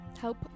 help